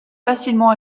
facilement